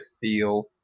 feel